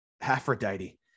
Aphrodite